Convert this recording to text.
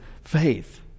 faith